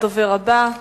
הדובר הבא,